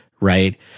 Right